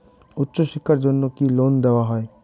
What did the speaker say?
উচ্চশিক্ষার জন্য কি লোন দেওয়া হয়?